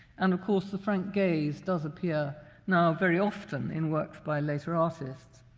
and, of course, the front gaze does appear now very often in works by later artists.